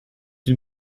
une